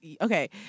okay